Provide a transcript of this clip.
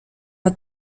are